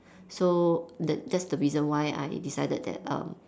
so that that's the reason why I decided that um